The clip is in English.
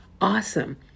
awesome